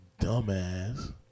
dumbass